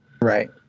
Right